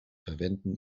verwenden